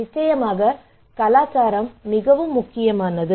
நிச்சயமாக கலாச்சாரம் மிகவும் முக்கியமானது